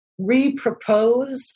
repropose